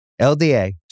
LDA